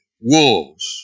wolves